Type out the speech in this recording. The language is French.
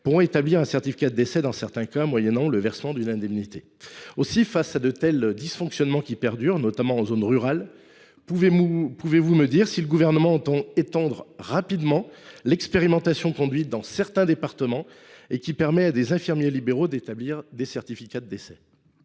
pourront établir un certificat de décès dans certains cas, moyennant le versement d’une indemnité. Aussi, face à de tels dysfonctionnements pérennes, notamment en zone rurale, pouvez vous me dire si le Gouvernement entend étendre rapidement l’expérimentation, conduite dans certains départements, qui permet à des infirmiers libéraux d’établir des certificats de décès ?